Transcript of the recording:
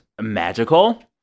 magical